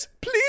please